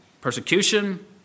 persecution